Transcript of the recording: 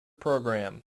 program